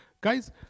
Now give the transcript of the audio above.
Guys